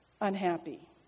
unhappy